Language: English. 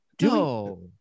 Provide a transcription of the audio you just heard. No